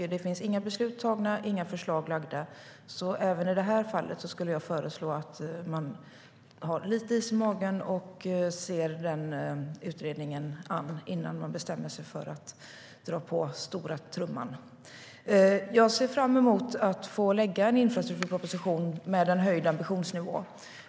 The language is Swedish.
Inga förslag är lagda, och inga beslut är tagna. Även i detta fall föreslår jag att man har lite is i magen och ser utredningen an innan man bestämmer sig för att slå på stora trumman. Jag ser fram emot att lägga fram en infrastrukturproposition med en höjd ambitionsnivå.